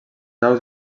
aus